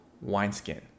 wineskin